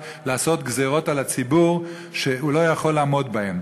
לגזור על הציבור גזירות שהוא לא יכול לעמוד בהן.